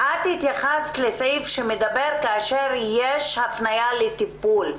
את התייחסת לסעיף שמדבר על מצב כאשר יש הפניה לטיפול.